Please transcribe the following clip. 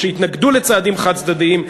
שהתנגדו לצעדים חד-צדדיים,